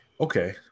Okay